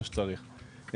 מה שצריך.